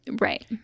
Right